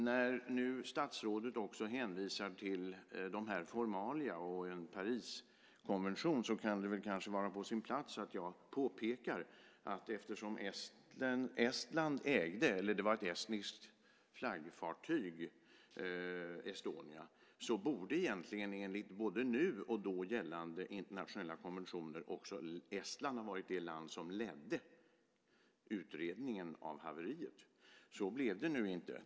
När nu statsrådet också hänvisar till formalia och en Pariskonvention kan det väl vara på sin plats att jag påpekar att eftersom Estonia var ett estniskt flaggfartyg borde egentligen enligt både nu och då gällande internationella konventioner också Estland ha varit det land som ledde utredningen av haveriet. Så blev det inte.